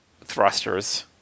thrusters